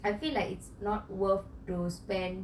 I feel like it's not worth to spend